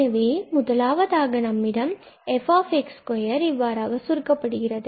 எனவே முதலாவதாக நம்மிடம் f2இவ்வாறாக சுருக்கப்படுகிறது